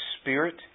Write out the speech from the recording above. spirit